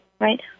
right